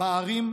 בערים,